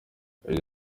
yagize